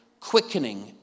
quickening